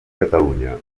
catalunya